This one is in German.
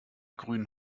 grünen